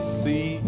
see